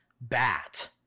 bat